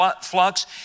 flux